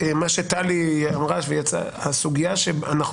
כמו שטלי אמרה ישנה הסוגייה שבה אנחנו